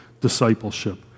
discipleship